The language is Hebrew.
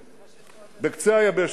וגואה.